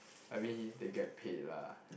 I mean he they get paid lah